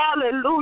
Hallelujah